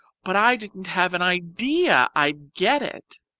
but i didn't have an idea i'd get it,